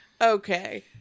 okay